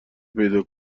پیدا